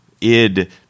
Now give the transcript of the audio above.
id